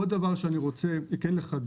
עוד דבר שאני רוצה לחדד.